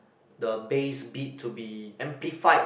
the base beat to be amplified